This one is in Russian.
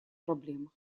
проблемах